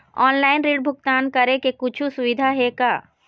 Online ऋण भुगतान करे के कुछू सुविधा हे का?